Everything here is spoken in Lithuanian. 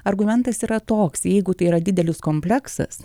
argumentas yra toks jeigu tai yra didelis kompleksas